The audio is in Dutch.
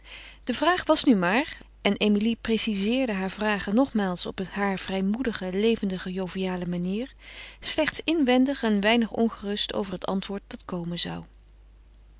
de vraag was nu maar en emilie precizeerde haar vragen nogmaals op haar vrijmoedige levendige joviale manier slechts inwendig een weinig ongerust over het antwoord dat komen zou